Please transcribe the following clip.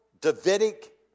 Davidic